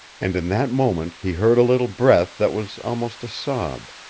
and in that moment he heard a little breath that was almost a sob.